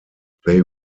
they